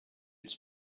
its